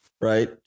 right